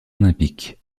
olympiques